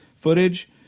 footage